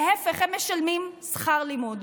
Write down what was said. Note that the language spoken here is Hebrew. להפך, הם משלמים שכר לימוד.